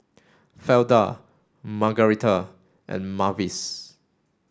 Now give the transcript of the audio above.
Fleda Margarita and Mavis